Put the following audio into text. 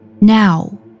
Now